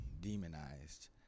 demonized